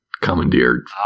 commandeered